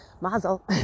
mazel